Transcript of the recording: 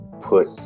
put